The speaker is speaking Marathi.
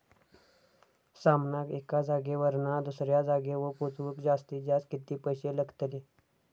सामानाक एका जागेवरना दुसऱ्या जागेवर पोचवूक जास्तीत जास्त किती पैशे लागतले?